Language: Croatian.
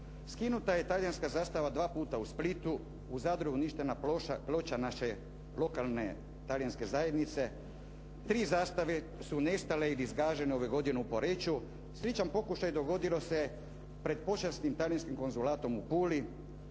Skinuta je talijanska zastava dva puta u Splitu, u Zadru uništena ploča naše lokalne talijanske zajednice, tri zastave su nestale i zgažene ove godine u Poreču. Sličan pokušaj dogodio se pred počasnim talijanskim konzulatom u Puli,